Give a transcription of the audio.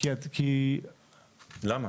לא.